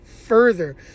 further